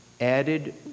added